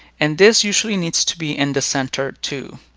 and this usually needs to be in the center, too.